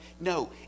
No